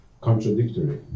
contradictory